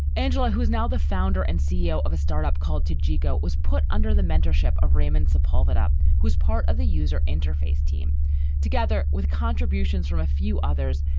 angela, who is now the founder and ceo of a startup called to jeggo, was put under the mentorship of raymond sapol it up, who's part of the user interface team together with contributions from a few others.